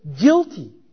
guilty